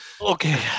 okay